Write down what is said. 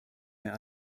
mehr